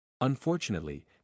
Unfortunately